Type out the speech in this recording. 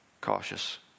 cautious